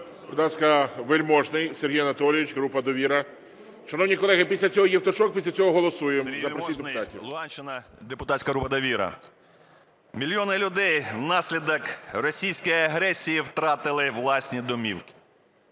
ласка, Вельможний Сергій Анатолійович, група "Довіра". Шановні колеги, після цього Євтушок, після цього голосуємо. Запросіть депутатів. 11:51:26 ВЕЛЬМОЖНИЙ С.А. Сергій Вельможний, Луганщина, депутатська група "Довіра". Мільйони людей внаслідок російської агресії втратили власні домівки.